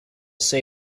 say